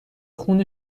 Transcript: خون